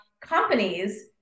companies